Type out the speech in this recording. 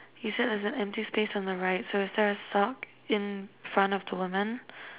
is there an empty space on the right so is there a sock in front of the woman